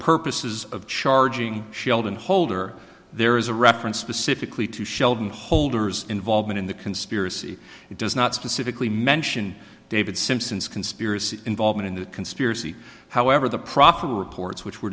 purposes of charging sheldon holder there is a reference specifically to sheldon holder's involvement in the conspiracy it does not specifically mention david simpson's conspiracy involvement in the conspiracy however the proper reports which were